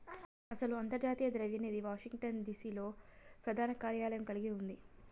అసలు అంతర్జాతీయ ద్రవ్య నిధి వాషింగ్టన్ డిసి లో ప్రధాన కార్యాలయం కలిగి ఉంది